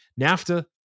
NAFTA